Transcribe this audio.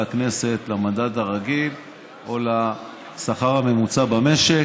הכנסת למדד הרגיל או לשכר הממוצע במשק,